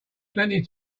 plenty